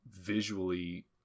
visually